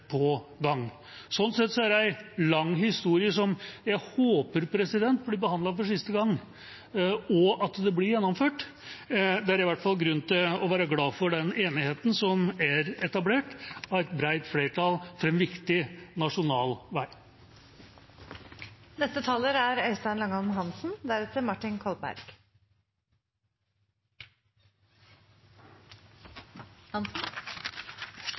lang historie som jeg håper blir behandlet for siste gang, og at det blir gjennomført. Det er i hvert fall grunn til å være glad for den enigheten om en viktig nasjonal vei som er etablert av et bredt flertall.